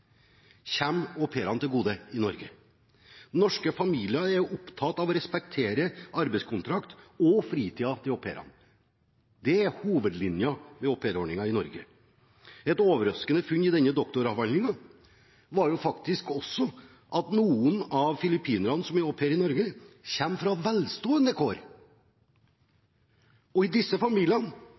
til gode i Norge. Norske familier er opptatt av å respektere au pairenes arbeidskontrakt og fritid. Det er hovedlinjen ved aupairordningen i Norge. Et overraskende funn i denne doktoravhandlingen var at noen av filippinerne som er au pairer i Norge, faktisk kommer fra velstående kår. Og i disse familiene